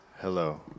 Hello